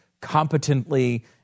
competently